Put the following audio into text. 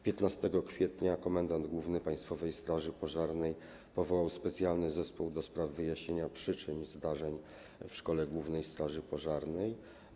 15 kwietnia komendant główny państwowej straży pożarnej powołał specjalny zespół do spraw wyjaśnienia przyczyn zdarzeń w szkole głównej straży pożarnej.